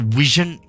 vision